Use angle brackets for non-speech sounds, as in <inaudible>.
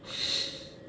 <laughs>